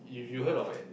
uh